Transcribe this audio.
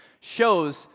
shows